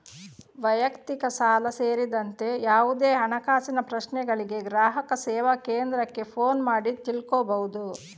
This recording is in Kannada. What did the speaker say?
ವೈಯಕ್ತಿಕ ಸಾಲ ಸೇರಿದಂತೆ ಯಾವುದೇ ಹಣಕಾಸಿನ ಪ್ರಶ್ನೆಗಳಿಗೆ ಗ್ರಾಹಕ ಸೇವಾ ಕೇಂದ್ರಕ್ಕೆ ಫೋನು ಮಾಡಿ ತಿಳ್ಕೋಬಹುದು